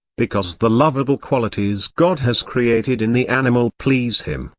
because the lovable qualities god has created in the animal please him,